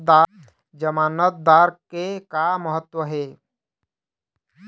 जमानतदार के का महत्व हे?